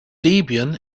debian